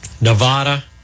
Nevada